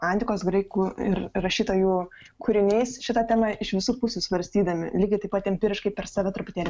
antikos graikų ir rašytojų kūriniais šitą temą iš visų pusių svarstydami lygiai taip pat empiriškai per save truputėlį